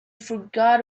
forgot